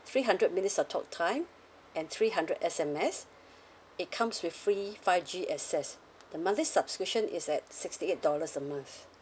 three hundred minutes of talk time and three hundred S_M_S it comes with free five G access the monthly subscription is at sixty eight dollars a month